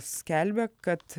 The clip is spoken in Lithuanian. skelbia kad